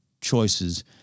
choices